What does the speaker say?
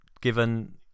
given